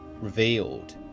revealed